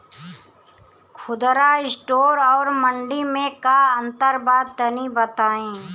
खुदरा स्टोर और मंडी में का अंतर बा तनी बताई?